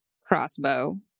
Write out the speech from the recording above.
crossbow